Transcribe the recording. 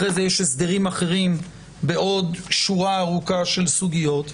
אחרי זה יש הסדרים אחרים בעוד שורה ארוכה של סוגיות.